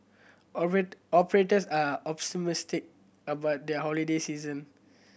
operators are about there holiday season